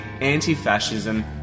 anti-fascism